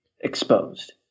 exposed